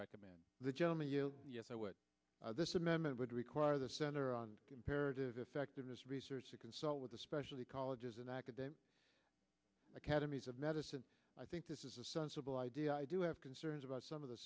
recommend the gentleman you know what this amendment would require the center on comparative effectiveness research to consult with the specialty colleges and academic academies of medicine i think this is a sensible idea i do have concerns about some of the